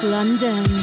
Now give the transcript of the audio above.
London